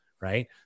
Right